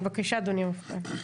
בבקשה, אדוני המפכ"ל.